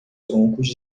troncos